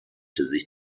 sich